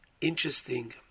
interesting